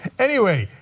anyway,